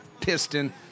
piston